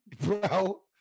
bro